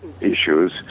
issues